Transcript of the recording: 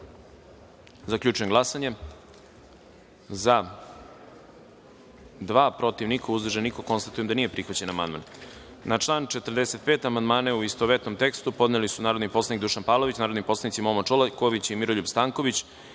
amandman. Zaključujem glasanje: za – dva, protiv – niko, uzdržan – niko. Konstatujem da je prihvaćen ovaj amandman. Na član 45. amandmane u istovetnom tekstu podneli su narodni poslanik Dušan Pavlović, narodni poslanici Momo Čolaković i Miroljub Stanković,